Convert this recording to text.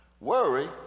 Worry